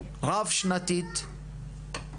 רב שנתית,